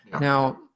Now